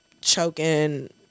choking